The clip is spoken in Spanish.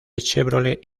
chevrolet